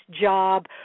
job